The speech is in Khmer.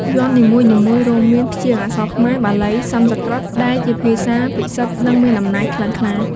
យ័ន្តនីមួយៗ រួមមានព្យាង្គអក្សរខ្មែរ–បាលី–សំស្ក្រឹត ដែលជាភាសាពិសិដ្ឋ និងមានអំណាចខ្លាំងក្លា។